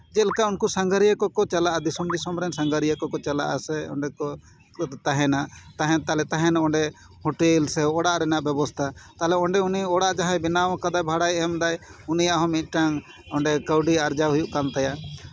ᱪᱮᱫ ᱞᱮᱠᱟ ᱩᱱᱠᱩ ᱥᱟᱸᱜᱷᱟᱨᱤᱭᱟᱹ ᱠᱚᱠᱚ ᱪᱟᱞᱟᱜᱼᱟ ᱫᱤᱥᱚᱢ ᱫᱤᱥᱚᱢ ᱨᱮᱱ ᱥᱟᱸᱜᱷᱟᱨᱤᱭᱟᱹ ᱠᱚᱠᱚ ᱪᱟᱞᱟᱜ ᱟᱥᱮ ᱚᱸᱰᱮ ᱠᱚ ᱛᱟᱦᱮᱱᱟ ᱛᱟᱦᱮᱱ ᱛᱟᱦᱞᱮ ᱚᱸᱰᱮ ᱦᱳᱴᱮᱞ ᱥᱮ ᱚᱲᱟᱜ ᱨᱮᱱᱟᱜ ᱵᱮᱵᱚᱥᱛᱷᱟ ᱛᱟᱦᱚᱞᱮ ᱚᱸᱰᱮ ᱩᱱᱤ ᱚᱲᱟᱜ ᱡᱟᱦᱟᱸᱭ ᱵᱮᱱᱟᱣ ᱟᱠᱟᱫᱟᱭ ᱵᱷᱟᱲᱟᱭ ᱮᱢᱫᱟᱭ ᱩᱱᱤᱭᱟᱜ ᱦᱚᱸ ᱢᱤᱫᱴᱟᱱ ᱚᱸᱰᱮ ᱠᱟᱹᱣᱰᱤ ᱟᱨᱡᱟᱣ ᱦᱩᱭᱩᱜ ᱠᱟᱱ ᱛᱟᱭᱟ